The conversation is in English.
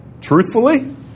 truthfully